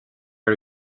are